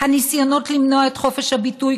הניסיונות למנוע את חופש הביטוי,